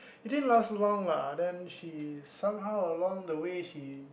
it didn't last long lah then she somehow along the way she